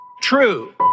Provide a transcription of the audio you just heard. True